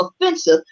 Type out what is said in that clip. offensive